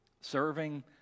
Serving